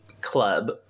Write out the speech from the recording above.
club